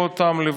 אנחנו נמשיך,